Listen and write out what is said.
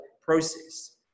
process